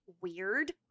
weird